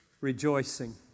rejoicing